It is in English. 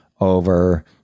over